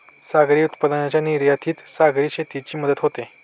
सागरी उत्पादनांच्या निर्यातीत सागरी शेतीची मदत होते